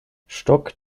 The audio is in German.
stock